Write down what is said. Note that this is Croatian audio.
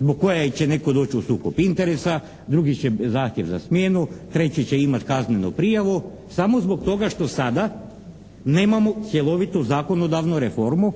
zbog koje će netko doći u sukob interesa, drugi će zahtjev za smjenu, treći će imat kaznenu prijavu, samo zbog toga što sada nemamo cjelovitu zakonodavnu reformu.